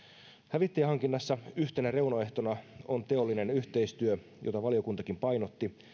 hävittäjähankinnassa yhtenä reunaehtona on teollinen yhteistyö jota valiokuntakin painotti